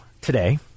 today